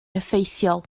effeithiol